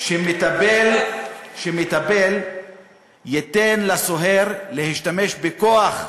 שמטפל ייתן לסוהר להשתמש בכוח,